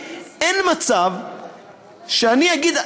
אין מצב שאני אגיד,